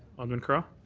alderman cara?